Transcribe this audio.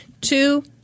two